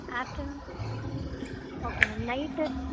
afternoon okay ma'am night